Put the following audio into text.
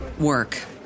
work